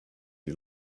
you